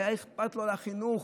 והיה אכפת לו החינוך.